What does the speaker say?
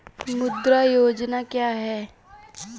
मुद्रा योजना क्या है?